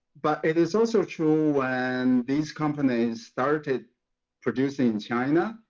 but it is also true when these companies started producing in china,